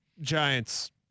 Giants